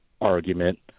argument